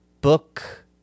book